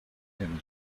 him